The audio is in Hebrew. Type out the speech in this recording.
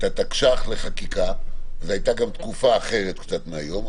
התקש"ח לחקיקה זו היתה גם תקופה קצת אחרת מהיום,